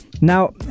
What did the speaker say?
Now